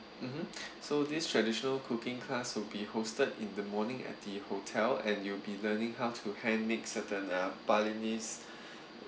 mmhmm so this traditional cooking class will be hosted in the morning at the hotel and you'll be learning how to hand make certain uh balinese